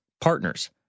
partners